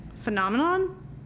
phenomenon